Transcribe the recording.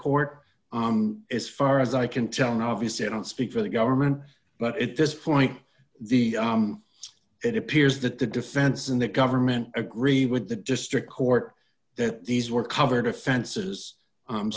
court as far as i can tell now obviously i don't speak for the government but at this point the it appears that the defense and the government agree with the district court that these were covered offenses